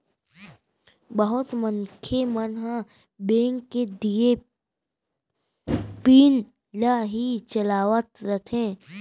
बहुत मनखे मन ह बेंक के दिये पिन ल ही चलावत रथें